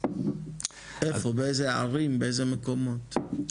איפה, באיזה ערים, באיזה מקומות?